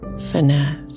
finesse